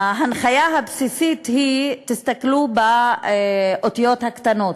ההנחיה הבסיסית היא: תסתכלו באותיות הקטנות,